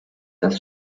das